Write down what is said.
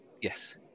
Yes